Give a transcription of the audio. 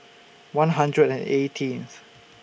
one hundred and eighteenth